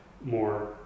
more